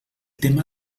tema